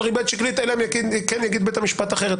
ריבית שקלית אלא אם כן יגיד בית המשפט אחרת.